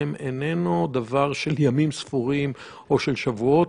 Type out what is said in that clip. איננו דבר של ימים ספורים או של שבועות,